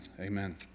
amen